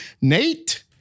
Nate